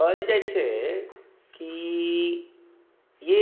कहल जाइ छै की ये